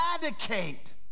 eradicate